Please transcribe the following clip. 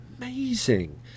amazing